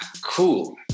cool